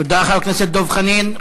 תודה, חבר הכנסת דב חנין.